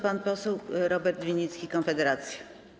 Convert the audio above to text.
Pan poseł Robert Winnicki, Konfederacja.